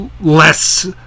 less